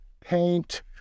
paint